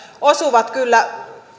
osuvat kyllä